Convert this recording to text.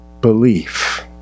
belief